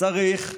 צריך מודיעין,